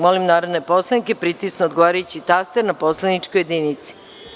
Molim narodne poslanike da pritisnu odgovarajući taster na poslaničkoj jedinici.